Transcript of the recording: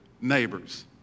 neighbors